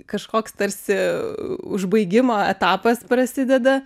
kažkoks tarsi užbaigimo etapas prasideda